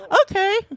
okay